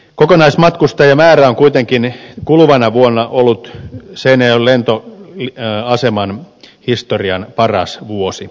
kokonaismatkustajamäärän kannalta kuitenkin kuluva vuosi on ollut seinäjoen lentoaseman historian paras vuosi